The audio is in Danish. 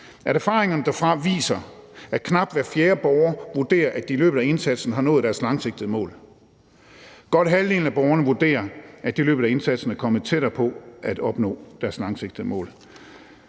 at erfaringerne herfra viser, at knap hver fjerde borger vurderer, at de i løbet af indsatsen har nået deres langsigtede mål. Godt halvdelen af borgerne vurderer, at de i løbet af indsatsen er kommet tættere på at nå deres langsigtede mål.